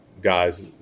guys